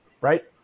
right